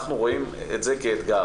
אנחנו רואים את זה כאתגר,